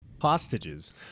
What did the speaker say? Hostages